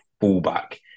fullback